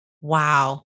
Wow